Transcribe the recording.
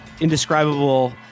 indescribable